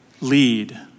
lead